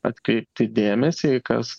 atkreipti dėmesį kas